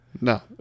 No